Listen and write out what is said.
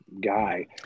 guy